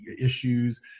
issues